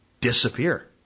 disappear